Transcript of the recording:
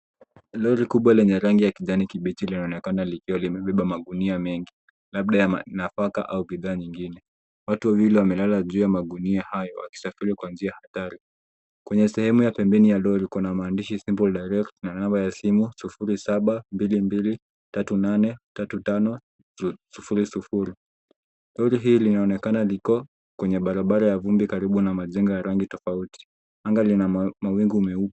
Lori kubwa lenye rangi ya kijani kibichi laonekana likiwa limebeba magunia mengi. Labda ya nafaka au bidhaa nyingine. Watu wawili wamelala juu ya magunia hayo wakisafiri kwa njia hatari. Kwenye sehemu ya pembeni ya lori kuna maandishi simple direct na namba ya simu sufuri saba mbili mbili, tatu nane, tatu tano, sufuri sufuri. Lori hili linaonekana liko kwenye barabara ya vumbi karibu na majengo ya rangi tofauti. Anga lina mawingu meupe.